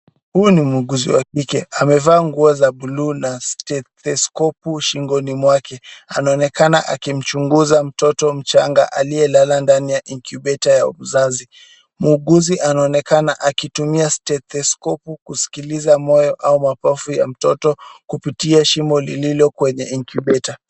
Huyu ni muuguzi wa kike. Amevaa nguo za buluu na stetoskopu shingoni mwake. Anaonekana akimchunguza mtoto mchanga aliyelala ndani ya incubator ya uzazi. Muuguzi anaonekana akitumia stetoskopu kusikiliza moyo au mapafu ya mtoto kupitia shimo lililo kwenye incubator .